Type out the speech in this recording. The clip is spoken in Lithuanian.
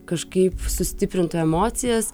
kažkaip sustiprintų emocijas